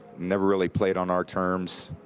never really played on our terms.